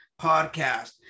Podcast